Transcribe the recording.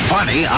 Funny